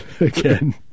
again